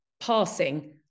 passing